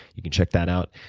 you can check that out.